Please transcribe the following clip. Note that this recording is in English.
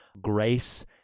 grace